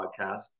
podcast